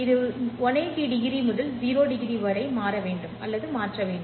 இது 180 டிகிரி முதல் 0 டிகிரி வரை மாற வேண்டும் அல்லது மாற்ற வேண்டும்